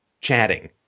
chatting